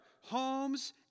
homes